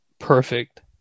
Perfect